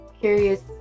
curious